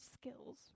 skills